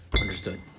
Understood